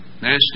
Nasty